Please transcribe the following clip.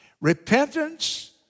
repentance